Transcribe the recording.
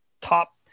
top